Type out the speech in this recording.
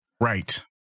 Right